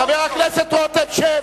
חבר הכנסת רותם, שב.